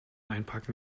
einparken